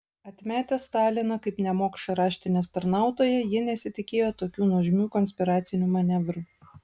atmetę staliną kaip nemokšą raštinės tarnautoją jie nesitikėjo tokių nuožmių konspiracinių manevrų